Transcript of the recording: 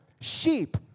sheep